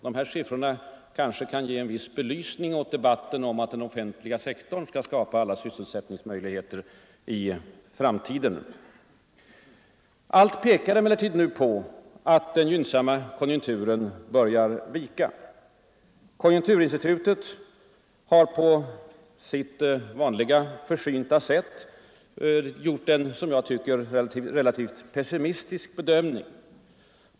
Dessa siffror kan ge en viss belysning åt talet om att den offentliga sektorn skall skapa alla sysse tiden. Allt pekar emellertid nu på att den gynnsamma konjunkturen börjar vika. Statsministern sade inte mycket om nästa år, vilket väl var klokt. Konjunkturinstitutet har på sitt vanliga försynta sätt gjort en som jag tycker relativt pessimistisk bedömning.